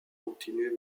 continuait